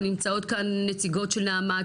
ונמצאות כאן נציגות של נעמ"ת,